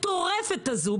המטורפת הזאת,